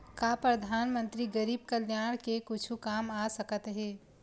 का परधानमंतरी गरीब कल्याण के कुछु काम आ सकत हे